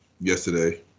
yesterday